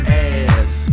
ass